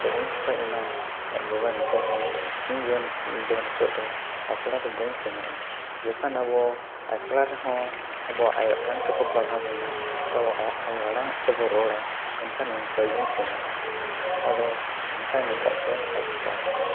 ᱟᱫᱚ ᱩᱱᱡᱚᱠᱷᱟᱡ ᱚᱱᱟ ᱟᱡ ᱵᱟᱵᱟᱭ ᱢᱮᱛᱟᱭ ᱠᱟᱱᱟ ᱤᱧ ᱡᱚᱱ ᱫᱚ ᱱᱤᱛᱚᱜ ᱫᱚ ᱟᱥᱲᱟ ᱫᱚ ᱵᱟᱹᱧ ᱥᱮᱱᱚᱜᱼᱟ ᱡᱚᱠᱷᱟᱱ ᱟᱵᱚ ᱟᱥᱲᱟ ᱨᱮᱦᱚᱸ ᱟᱵᱚᱣᱟᱜ ᱟᱭᱚ ᱟᱲᱟᱝ ᱛᱮᱠᱚ ᱯᱟᱲᱦᱟᱣ ᱵᱚᱱᱟ ᱪᱮ ᱟᱭᱳ ᱟᱲᱟᱝ ᱛᱮᱵᱚ ᱨᱚᱲᱟ ᱮᱱᱠᱷᱟᱱ ᱩᱱᱡᱚᱠᱷᱟᱡ ᱫᱩᱧ ᱥᱮᱱᱚᱜᱼᱟ ᱟᱫᱚ ᱚᱱᱠᱟᱭ ᱢᱮᱛᱟ ᱫᱮᱭᱟ ᱟᱡ ᱵᱟᱵᱟᱜᱮ